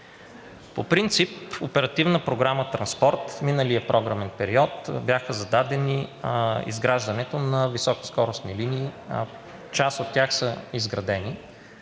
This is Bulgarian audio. По принцип в Оперативна програма „Транспорт“ в миналия програмен период беше зададено изграждането на високоскоростни линии – част от тях са изградени.